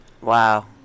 Wow